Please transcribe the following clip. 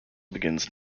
begins